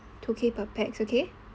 two K per pax okay